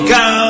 go